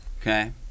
Okay